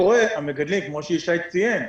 והמגדלים, כפי שישי פולק ציין,